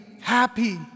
happy